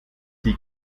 die